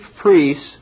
priests